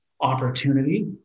opportunity